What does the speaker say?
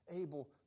able